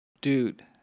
Dude